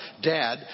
Dad